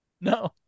No